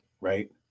Right